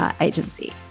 agency